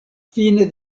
fine